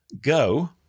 Go